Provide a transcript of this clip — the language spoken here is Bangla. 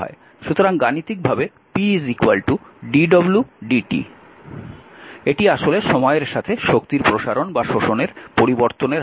সুতরাং গাণিতিকভাবে p dw dt এটি আসলে সময়ের সাথে শক্তির প্রসারণ বা শোষণের পরিবর্তনের হার